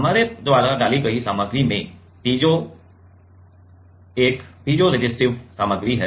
हमारे द्वारा डाली गई सामग्री में पीजो एक पीजोरेसिस्टिव सामग्री है